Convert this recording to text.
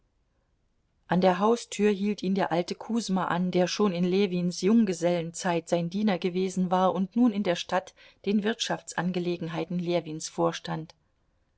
an der haustür hielt ihn der alte kusma an der schon in ljewins junggesellenzeit sein diener gewesen war und nun in der stadt den wirtschaftsangelegenheiten ljewins vorstand